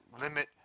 limit